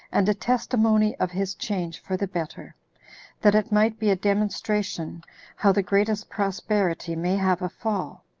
and a testimony of his change for the better that it might be a demonstration how the greatest prosperity may have a fall,